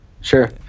Sure